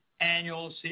annual